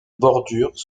bordures